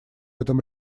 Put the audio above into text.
этом